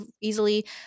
easily